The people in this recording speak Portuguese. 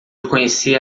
conhecia